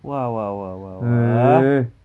!wah! !wah! !wah! !wah! !wah!